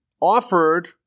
offered